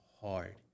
hard